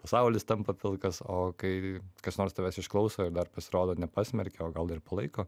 pasaulis tampa pilkas o kai kas nors tavęs išklauso ir dar pasirodo nepasmerkia o gal ir palaiko